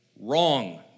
Wrong